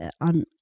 on